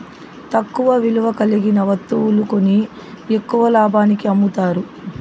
తక్కువ విలువ కలిగిన వత్తువులు కొని ఎక్కువ లాభానికి అమ్ముతారు